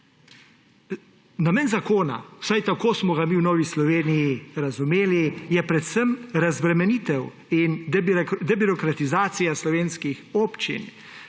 Namen zakona, vsaj tako smo ga mi v Novi Sloveniji razumeli, je predvsem razbremenitev in debirokratizacija slovenskih občin,